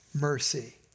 mercy